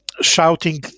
shouting